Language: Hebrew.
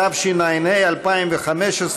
התשע"ה 2015,